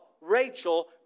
Rachel